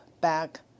back